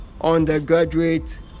undergraduate